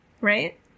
right